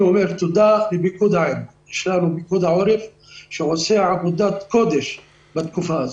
אני אומר תודה לפיקוד העורף שעושה עבודת קודש בתקופה הזאת.